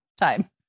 time